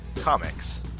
Comics